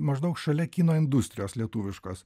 maždaug šalia kino industrijos lietuviškos